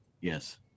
Yes